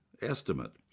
estimate